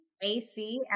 ac